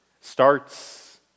starts